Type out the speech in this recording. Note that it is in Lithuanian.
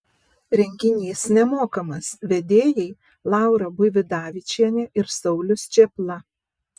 renginys nemokamas vedėjai laura buividavičienė ir saulius čėpla